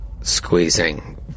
Squeezing